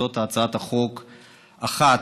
זאת הצעת חוק אחת,